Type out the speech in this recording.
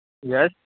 yes